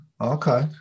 Okay